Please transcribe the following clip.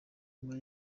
nyuma